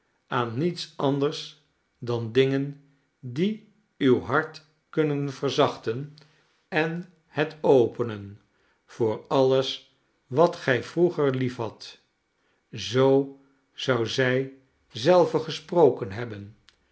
aan niets anders dan dingen die uw hart kunnen verzachten en het openen voor alles wat gij vroeger liefhadt zoo zou zij zelve gesproken hebben